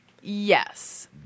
yes